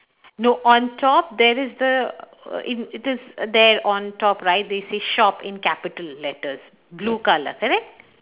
no on top there is the uh in it is there on top right they say shop in capital letters blue colour correct